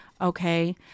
Okay